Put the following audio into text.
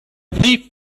thief